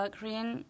Korean